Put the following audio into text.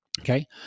Okay